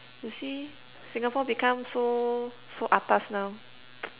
you see Singapore become so so atas now